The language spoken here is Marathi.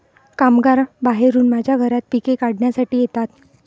कामगार बाहेरून माझ्या घरात पिके काढण्यासाठी येतात